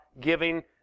giving